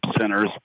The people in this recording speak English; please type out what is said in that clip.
centers